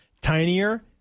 tinier